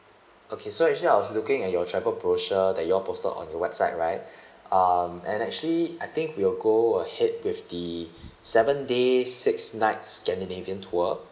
okay so actually I was looking at your travel brochure that you all posted on your website right um and actually I think we will go ahead with the seven days six nights scandinavian tour